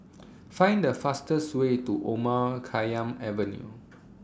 Find The fastest Way to Omar Khayyam Avenue